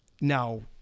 now